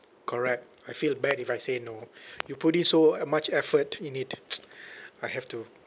correct I feel bad if I say no you put in so uh much effort in it I have to